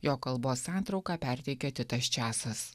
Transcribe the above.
jo kalbos santrauką perteikia titas česas